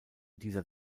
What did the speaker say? dieser